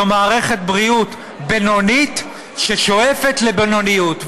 זו מערכת בריאות בינונית ששואפת לבינוניות,